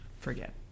Forget